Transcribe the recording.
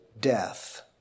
death